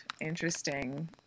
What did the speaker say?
interesting